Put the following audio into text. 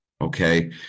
okay